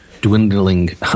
dwindling